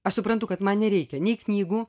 aš suprantu kad man nereikia nei knygų